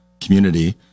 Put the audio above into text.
community